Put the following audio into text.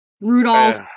Rudolph